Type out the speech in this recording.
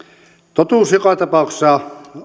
totuus joka tapauksessa